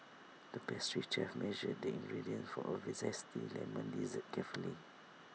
the pastry chef measured the ingredients for A we Zesty Lemon Dessert carefully